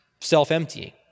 self-emptying